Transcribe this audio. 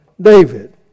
David